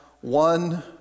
one